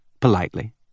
politely